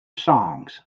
songs